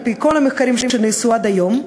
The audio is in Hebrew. על-פי כל המחקרים שנעשו עד היום,